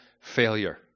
failure